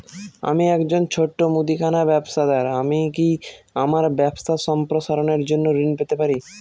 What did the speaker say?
আমি একজন ছোট মুদিখানা ব্যবসাদার আমি কি আমার ব্যবসা সম্প্রসারণের জন্য ঋণ পেতে পারি?